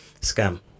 Scam